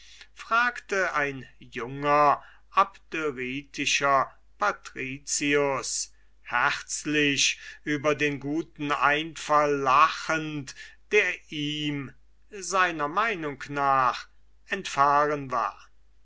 fragte ein junger abderitischer patricius herzlich über den guten einfall lachend der ihm wie er glaubte entfahren war